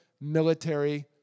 military